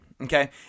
Okay